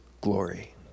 glory